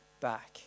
back